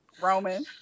Roman